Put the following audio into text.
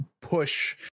push